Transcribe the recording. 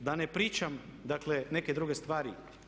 I da ne pričam, dakle neke druge stvari.